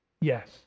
Yes